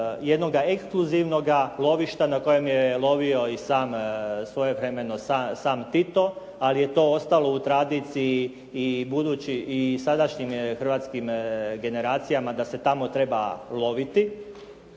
jednoga ekskluzivnoga lovišta na kojem je lovio svojevremeno i sam Tito ali je to ostalo u tradiciji i sadašnjim hrvatskim generacijama da se tamo treba loviti.